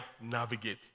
navigate